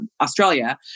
Australia